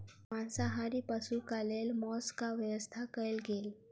मांसाहारी पशुक लेल मौसक व्यवस्था कयल गेल